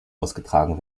ausgetragen